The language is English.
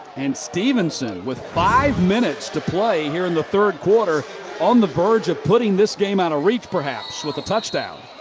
and stephenson with five minutes to play here in the third quarter on the verge of putting this game out of reach, perhaps, with a touchdown.